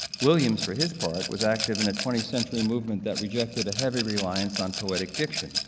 williams for his part was active in a twentieth century movement that rejected a heavy reliance on poetic diction,